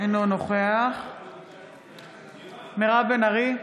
אינו נוכח מירב בן ארי,